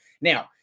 Now